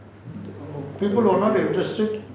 people are not interested